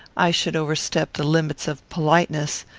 i should overstep the limits of politeness.